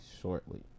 shortly